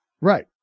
Right